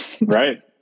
Right